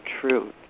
truth